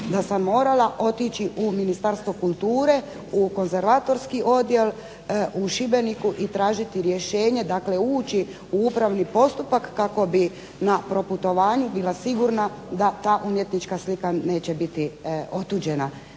da sam morala otići u Ministarstvo kulture u Konzervatorski odjel u Šibeniku i tražiti rješenje, dakle ući u upravni postupak kako bi na proputovanju bila sigurna da ta umjetnička slika neće biti otuđena.